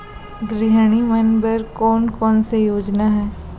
गृहिणी मन बर कोन कोन से योजना हे?